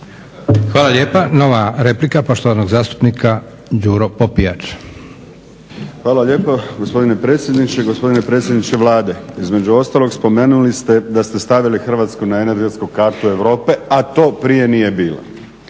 Hvala lijepa. Nova replika poštovanog zastupnika Đuro Popijač. **Popijač, Đuro (HDZ)** Hvala lijepo gospodine predsjedniče, gospodine predsjedniče Vlade. Između ostalog spomenuli ste da ste stavili Hrvatsku na energetsku kartu Europe, a to prije nije bilo.